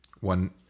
One